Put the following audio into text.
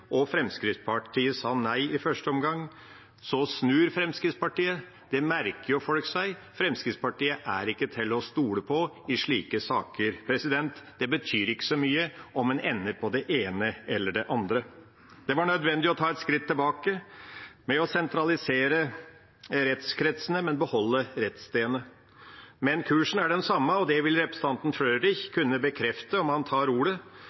og Fremskrittspartiet sa nei i første omgang. Så snur Fremskrittspartiet. Det merker jo folk seg. Fremskrittspartiet er ikke til å stole på i slike saker – det betyr ikke så mye om en ender på det ene eller det andre. Det var nødvendig å ta et skritt tilbake ved å sentralisere rettskretsene, men beholde rettsstedene. Men kursen er den samme, og det vil representanten Frølich kunne bekrefte om han tar ordet.